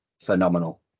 phenomenal